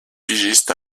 pigiste